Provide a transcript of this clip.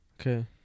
Okay